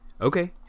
okay